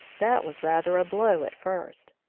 that was rather a blow, at first.